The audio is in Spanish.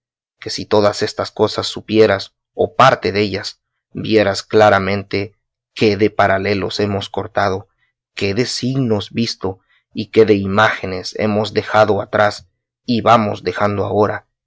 que si todas estas cosas supieras o parte dellas vieras claramente qué de paralelos hemos cortado qué de signos visto y qué de imágines hemos dejado atrás y vamos dejando ahora